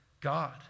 God